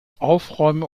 aufräumen